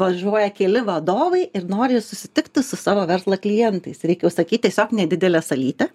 važiuoja keli vadovai ir nori susitikti su savo verslo klientais reikia užsakyt tiesiog nedidelę salytę